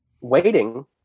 waiting